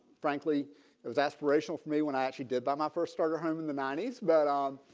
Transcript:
frankly it was aspirational for me when i actually did buy my first starter home in the ninety s. but um